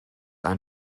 ein